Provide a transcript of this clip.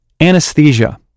anesthesia